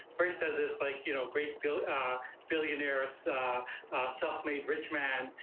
first, as this, like you know, great billionaire, a self-made rich man.